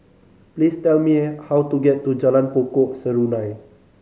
please tell me how to get to Jalan Pokok Serunai